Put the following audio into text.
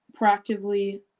proactively